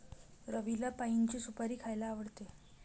रवीला पाइनची सुपारी खायला आवडते